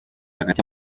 hagati